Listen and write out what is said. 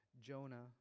Jonah